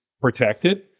protected